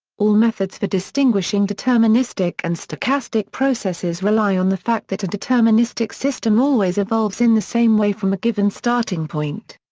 all methods for distinguishing deterministic and stochastic processes rely on the fact that a deterministic system always evolves in the same way from a given starting point.